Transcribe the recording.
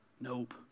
Nope